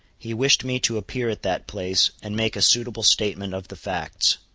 he wished me to appear at that place, and make a suitable statement of the facts.